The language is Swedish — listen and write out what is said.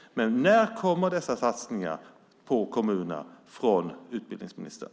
När kommer dessa satsningar på kommunerna från utbildningsministern?